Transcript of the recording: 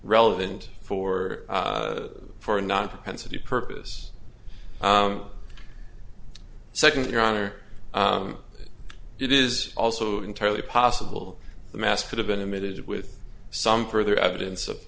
relevant for for a not propensity purpose second your honor it is also entirely possible the mask could have been emitted with some further evidence of